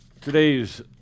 today's